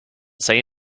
say